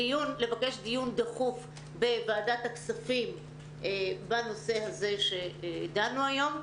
לבקש דיון דחוף בוועדת הכספים בנושא הזה שדנו היום.